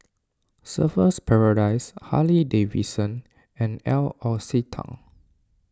Surfer's Paradise Harley Davidson and L'Occitane